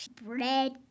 Bread